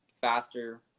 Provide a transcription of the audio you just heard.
faster